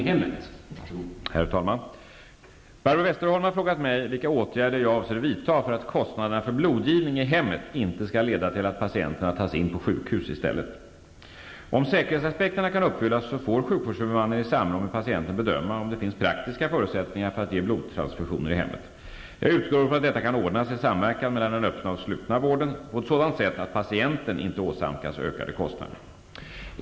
Herr talman! Barbro Westerholm har frågat mig vilka åtgärder jag avser vidta för att kostnaderna för blodgivning i hemmet inte skall leda till att patienterna tas in på sjukhus i stället. Om säkerhetsaspekterna kan uppfyllas, får sjukvårdshuvudmannen i samråd med patienten bedöma om det finns praktiska förutsättningar för att ge blodtransfusioner i hemmet. Jag utgår från att detta kan ordnas i samverkan mellan den öppna och den slutna vården på ett sådant sätt att patienten inte åsamkas ökade kostnader.